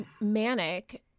manic